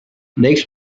next